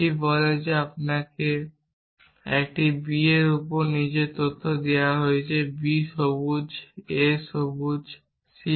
এটি বলে যে আপনাকে একটি b এর উপর নিচের তথ্য দেওয়া হয়েছে b সবুজ a সবুজ c নয়